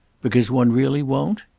because one really won't?